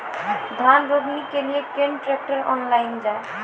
धान रोपनी के लिए केन ट्रैक्टर ऑनलाइन जाए?